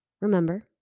Remember